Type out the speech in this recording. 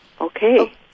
Okay